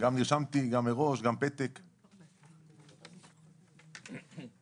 אני משפטן קטן מאוד.